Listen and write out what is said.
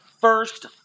first